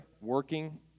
working